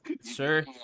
sir